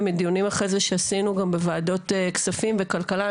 ומדיונים אחרי זה שעשינו גם בוועדות כספים וכלכלה,